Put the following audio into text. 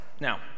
Now